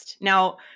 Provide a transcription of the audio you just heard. Now